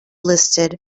listed